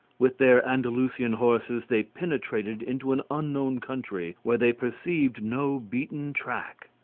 with their andalusian horses they penetrated into an unknown country, where they perceived no beaten track.